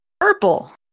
Purple